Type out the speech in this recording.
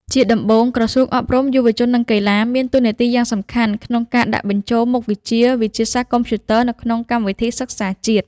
ជាដំបូង ក្រសួងអប់រំ យុវជន និងកីឡា មានតួនាទីយ៉ាងសំខាន់ក្នុងការដាក់បញ្ចូលមុខវិជ្ជាវិទ្យាសាស្ត្រកុំព្យូទ័រទៅក្នុងកម្មវិធីសិក្សាជាតិ។